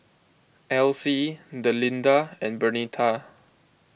Alcie Delinda and Bernita